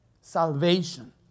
salvation